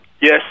Yes